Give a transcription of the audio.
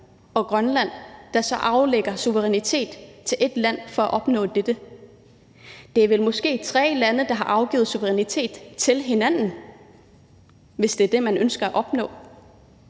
og Grønland, der så afgiver suverænitet til et land for at opnå dette. Det er måske tre lande, der har afgivet suverænitet til hinanden, hvis det er det, man ønsker at opnå.